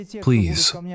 please